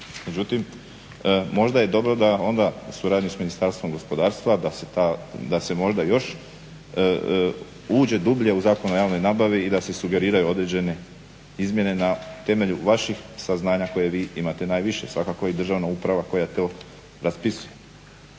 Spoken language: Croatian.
Međutim, možda je dobro da onda u suradnji s Ministarstvom gospodarstva da se možda još uđe dublje u Zakon o javnoj nabavi i da se sugeriraju određene izmjene na temelju vaših saznanja koje vi imate najviše. Svakako i državna uprava koja to raspisuje.